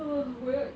push up the